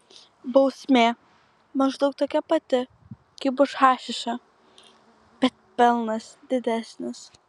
bausmė maždaug tokia pati kaip už hašišą bet pelnas didesnis